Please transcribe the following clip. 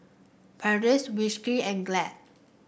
Perdix Whiskas and Glad